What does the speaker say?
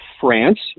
France